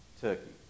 Turkey